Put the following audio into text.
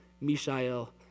Mishael